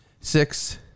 six